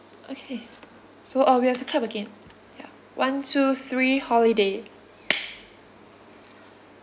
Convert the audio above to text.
okay so uh we have to clap again ya one two three holiday